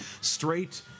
Straight